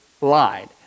lied